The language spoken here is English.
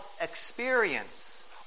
experience